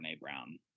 Brown